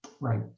Right